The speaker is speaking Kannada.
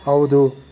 ಹೌದು